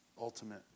ultimate